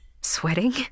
sweating